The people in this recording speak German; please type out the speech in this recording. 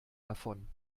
davon